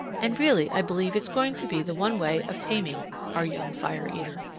and really i believe it's going to be the one way of taming our young fire-eater.